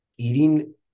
eating